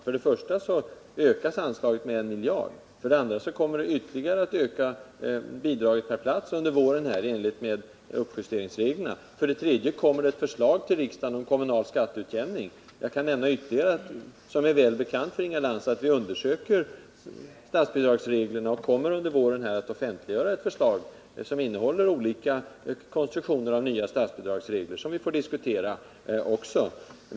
För det första ökas anslaget med 1 miljard, för det andra kommer bidraget per plats att öka under våren i enlighet med reglerna och för det tredje kommer riksdagen att föreläggas ett förslag om kommunal skatteutjämning. Vidare kan jag nämna, och det känner Inga Lantz också till, att vi undersöker statsbidragsreglerna och avser att under våren offentliggöra en departementspromemoria om dessa frågor.